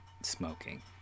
smoking